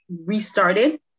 restarted